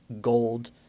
gold